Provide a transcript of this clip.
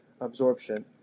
absorption